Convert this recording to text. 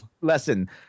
lesson